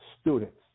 students